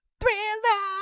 thriller